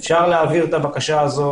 וכל תלונה או בקשה שיש, אפשר להעביר אלינו,